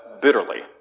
bitterly